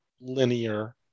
linear